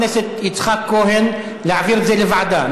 הכנסת יצחק כהן להעביר את הנושא לוועדה,